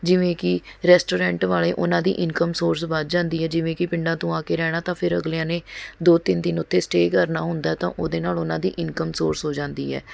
ਜਿਵੇਂ ਕਿ ਰੈਸਟੋਰੈਂਟ ਵਾਲ਼ੇ ਉਨ੍ਹਾਂ ਦੀ ਇਨਕਮ ਸੋਰਸ ਵੱਧ ਜਾਂਦੀ ਹੈ ਜਿਵੇਂ ਕਿ ਪਿੰਡਾਂ ਤੋਂ ਆ ਕੇ ਰਹਿਣਾ ਤਾਂ ਫਿਰ ਅਗਲਿਆਂ ਨੇ ਦੋ ਤਿੰਨ ਦਿਨ ਉੱਥੇ ਸਟੇਅ ਕਰਨਾ ਹੁੰਦਾ ਤਾਂ ਉਹਦੇ ਨਾਲ਼ ਉਨ੍ਹਾਂ ਦੀ ਇਨਕਮ ਸੋਰਸ ਹੋ ਜਾਂਦੀ ਹੈ